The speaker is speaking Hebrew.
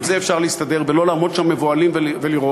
עם זה אפשר להסתדר ולא לעמוד שם מבוהלים ולראות,